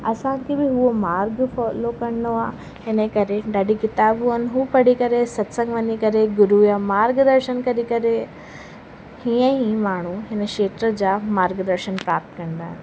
असांखे बि उहे मार्ग फॉलो करिणो आहे हिन करे ॾाढी किताबूं आहिनि हू पढ़ी करे सत्संगु वञी करे गुरू या मार्ग दर्शन करी करे हीअं ई माण्हू हिन खेत्र जा मार्ग दर्शन प्राप्त कंदा